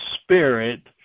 spirit